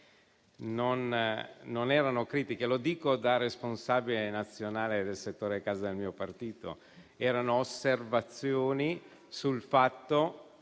non erano critiche - lo dico da responsabile nazionale del settore casa del mio partito - ma erano osservazioni sul fatto